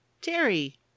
Terry